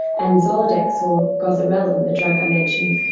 and zoladex or goserelin, the drug i mentioned,